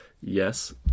yes